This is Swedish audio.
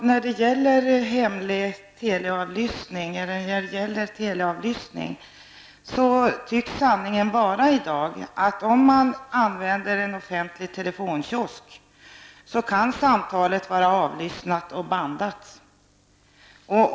Herr talman! Sanningen om telefonavlyssningen tycks i dag vara att om man använder en offentlig telefonkiosk så kan samtalet bli avlyssnat och bandat.